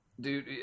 Dude